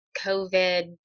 COVID